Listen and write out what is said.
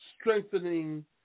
strengthening